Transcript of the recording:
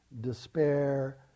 despair